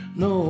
no